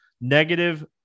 negative